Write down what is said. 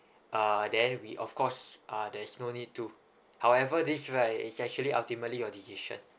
uh then we of course uh there's no need to however this right is actually ultimately your decision